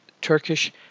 Turkish